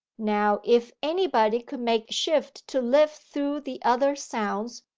now if anybody could make shift to live through the other sounds,